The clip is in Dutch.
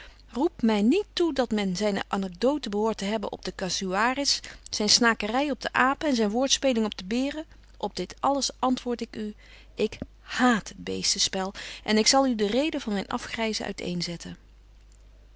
roep mij niet toe dat men zijne anecdote behoort te hebben op den kasuaris zijn snakerij op de apen en zijn woordspeling op de beren op dit alles antwoord ik u ik haat het beestenspel en ik zal u de reden van mijn afgrijzen